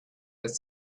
with